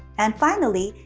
and finally,